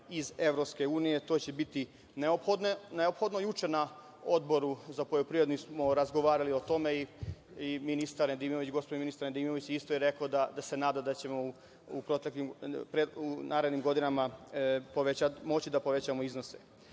iz EU, to će biti neophodno. Juče na Odboru za poljoprivredu smo razgovarali o tome i gospodin ministar Nedimović isto je rekao da se nada da ćemo u narednim godinama moći da povećamo iznose.Za